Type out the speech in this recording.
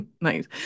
Nice